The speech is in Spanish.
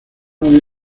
muy